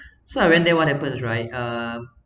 so I went there what happens right uh